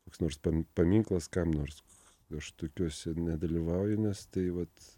koks nors paminklas kam nors aš tokiuose nedalyvauju nes tai vat